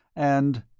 and